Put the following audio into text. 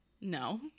no